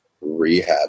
rehab